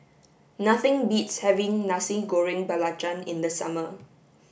nothing beats having Nasi Goreng Belacan in the summer